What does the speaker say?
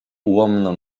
ułomną